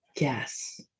yes